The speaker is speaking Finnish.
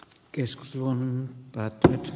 keskustelu on päättynyt